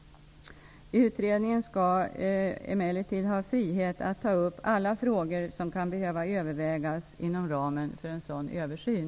Utredningen skall emellertid ha frihet att ta upp alla frågor som kan behöva övervägas inom ramen för en sådan översyn.